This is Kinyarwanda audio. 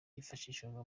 byifashishwaga